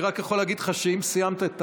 אני רק יכול להגיד לך שאם סיימת את